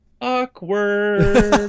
awkward